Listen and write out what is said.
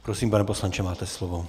Prosím, pane poslanče, máte slovo.